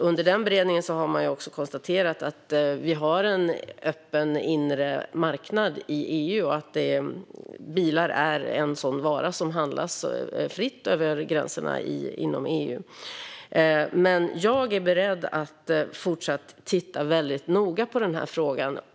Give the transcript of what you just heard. Under den beredningen konstaterade man att vi har en öppen inre marknad i EU och att bilar är en sådan vara som handlas fritt över gränserna inom EU. Jag är beredd att fortsatt titta väldigt noga på frågan.